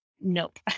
nope